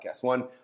One